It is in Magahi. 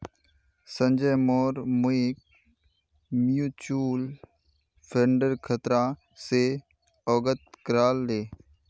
संजय मोर मइक म्यूचुअल फंडेर खतरा स अवगत करा ले